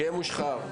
שיהיה מושחר.